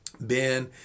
Ben